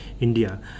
India